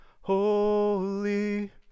holy